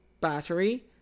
battery